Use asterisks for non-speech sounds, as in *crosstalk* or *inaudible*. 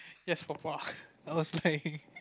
yes papa oh sorry *laughs*